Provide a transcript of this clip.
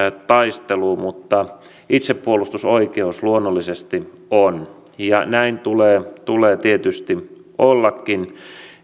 taisteluun mutta itsepuolustusoikeus luonnollisesti on ja näin tulee tulee tietysti ollakin